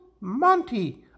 Monty